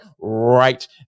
right